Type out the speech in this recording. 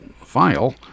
file